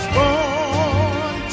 born